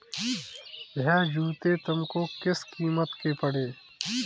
यह जूते तुमको किस कीमत के पड़े?